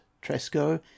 Tresco